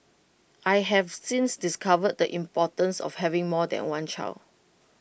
I have since discovered the importance of having more than one child